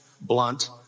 blunt